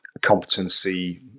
competency